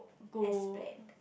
go